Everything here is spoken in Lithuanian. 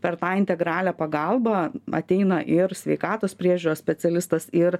per tą integralią pagalbą ateina ir sveikatos priežiūros specialistas ir